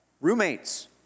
roommates